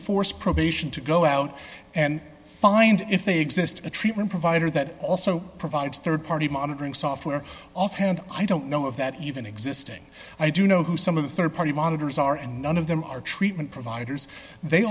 force probation to go out and find if they exist a treatment provider that also provides rd party monitoring software offhand i don't know if that even existing i do know who some of the rd party monitors are and none of them are treatment providers they